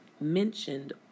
mentioned